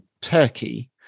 Turkey